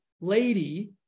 lady